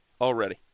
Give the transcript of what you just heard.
already